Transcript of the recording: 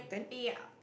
ya